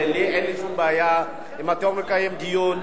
לי אין שום בעיה אם אתם רוצים לקיים דיון,